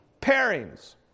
pairings